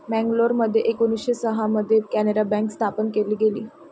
मंगलोरमध्ये एकोणीसशे सहा मध्ये कॅनारा बँक स्थापन केली गेली